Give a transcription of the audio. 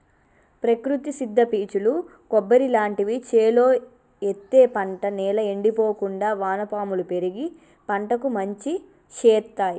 ప్రకృతి సిద్ద పీచులు కొబ్బరి లాంటివి చేలో ఎత్తే పంట నేల ఎండిపోకుండా వానపాములు పెరిగి పంటకు మంచి శేత్తాయ్